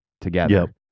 together